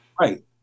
Right